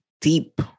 deep